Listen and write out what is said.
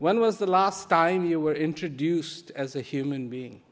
when was the last time you were introduced as a human being